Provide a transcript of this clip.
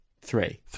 Three